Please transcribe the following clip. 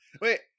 Wait